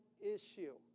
issue